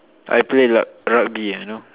I play rug~ rugby you know